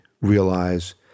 realize